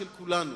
של כולנו.